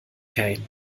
ferien